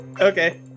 Okay